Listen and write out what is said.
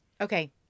Okay